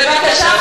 בבקשה,